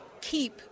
keep